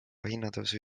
hinnatõusu